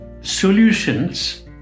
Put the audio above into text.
solutions